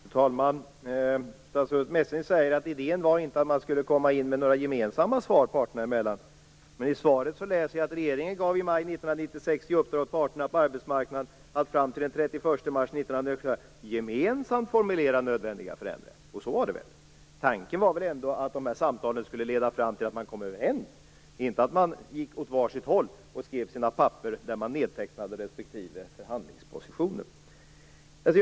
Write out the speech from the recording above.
Fru talman! Statsrådet Messing säger att idén inte var att parterna skulle komma in med några gemensamma förslag. Men i hennes svar läser jag: "Regeringen gav i maj 1996 i uppdrag åt parterna på arbetsmarknaden att fram till den 31 mars 1997 gemensamt formulera nödvändiga förändringar". Och så var det väl? Tanken var väl ändå att dessa samtal skulle leda fram till att man kom överens, inte till att man gick åt var sitt håll och nedtecknade sina respektive förhandlingspositioner på sina papper.